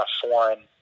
foreign